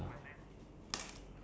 cause ya